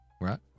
right